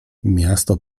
miasto